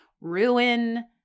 ruin